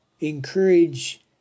encourage